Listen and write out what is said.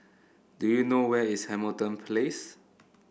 do you know where is Hamilton Place